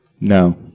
No